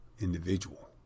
individual